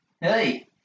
Hey